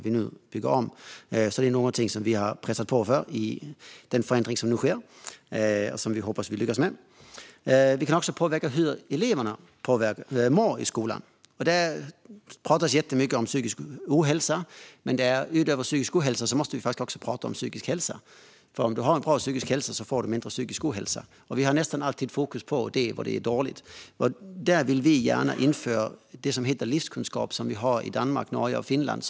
Vi har pressat på i denna fråga inför den förändring som nu sker. Vi kan också påverka hur eleverna mår i skolan. Det talas mycket om psykisk ohälsa, men utöver psykisk ohälsa måste vi också tala om psykisk hälsa. Med bra psykisk hälsa blir det mindre psykisk ohälsa, och vi har nästan alltid fokus på vad som är dåligt. Där vill vi gärna införa det ämne som heter livskunskap och som finns i Danmark, Norge och Finland.